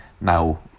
now